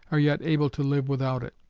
are yet able to live without it.